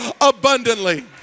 abundantly